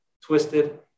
twisted